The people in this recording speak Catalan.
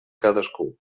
cadascú